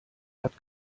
hat